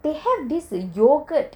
they have this the yogurt